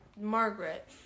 Margaret